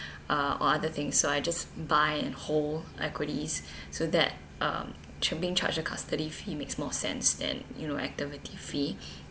uh or other thing so I just buy and hold equities so that um to being charged a custody fee makes more sense than you know activity fee